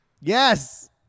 Yes